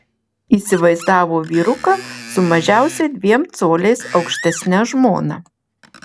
įsivaizdavo vyruką su mažiausiai dviem coliais aukštesne žmona